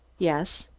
yes.